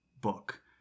book